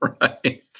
Right